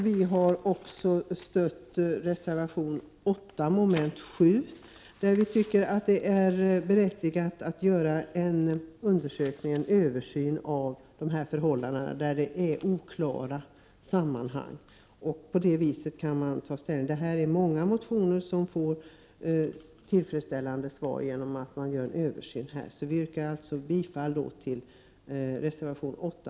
Vi stöder också reservation 8 , där vi tycker att det är berättigat att göra en översyn av förhållandena där det finns oklara sammanhang. Genom att man gör en översyn kommer många av motionerna här att få ett tillfredsställande svar. Jag yrkar alltså bifall till reservation 8.